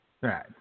Right